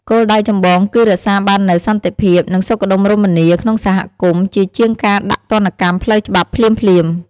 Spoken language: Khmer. គោលដៅចម្បងគឺរក្សាបាននូវ សន្តិភាព និងសុខដុមរមនា ក្នុងសហគមន៍ ជាជាងការដាក់ទណ្ឌកម្មផ្លូវច្បាប់ភ្លាមៗ។